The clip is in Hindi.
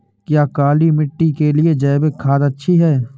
क्या काली मिट्टी के लिए जैविक खाद अच्छी है?